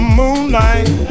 moonlight